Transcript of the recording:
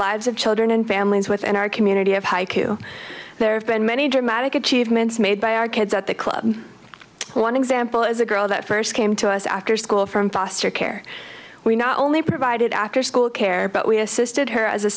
lives of children and families within our community of haiku there have been many dramatic achievements made by our kids at the club one example is a girl that first came to us after school from foster care we not only provided after school care but we assisted her as a